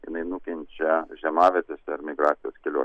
jinai nukenčia žiemavietėse ir migracijos keliuose